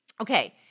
Okay